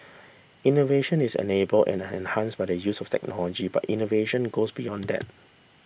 innovation is enabled and enhanced by the use of technology but innovation goes beyond that